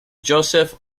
joseph